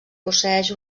posseeix